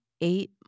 eight